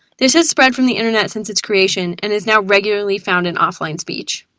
this has spread from the internet since its creation and is now regularly found in offline speech.